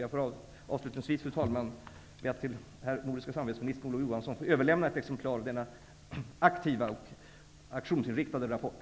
Jag ber avslutningsvis, fru talman, att till herr nordiske samarbetsministern Olof Johansson överlämna ett exemplar av denna aktiva och aktionsinriktade rapport.